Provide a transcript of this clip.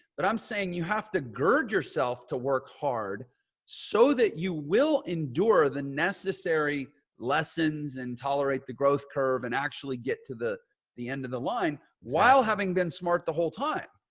but i'm saying you have to gird yourself to work hard so that you will endure the necessary lessons and tolerate the growth curve and actually get to the the end of the line while having been smart the whole time.